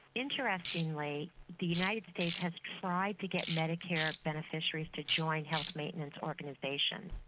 interestingly the united states has tried to get medicare beneficiaries to join health maintenance organisations.